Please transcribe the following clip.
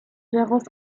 darauf